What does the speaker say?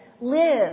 live